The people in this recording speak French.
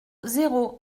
zéro